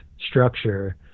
structure